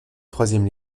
troisième